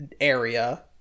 area